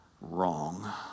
wrong